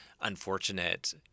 unfortunate